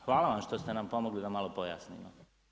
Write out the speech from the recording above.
Hvala vam što ste nam pomogli da malo pojasnimo.